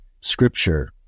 Scripture